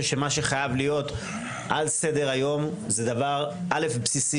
שמה שחייב להיות על סדר-היום זה דבר בסיסי.